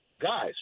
guys